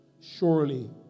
Surely